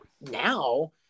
now